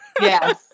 yes